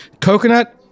coconut